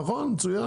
נכון, מצוין.